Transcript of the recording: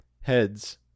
heads